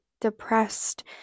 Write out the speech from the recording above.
depressed